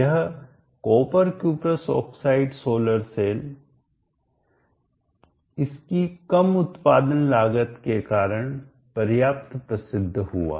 यह copper cuprous oxide solar cell इसकी कम उत्पादन लागत के कारण पर्याप्त प्रसिद्ध हुआ